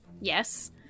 Yes